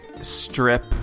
strip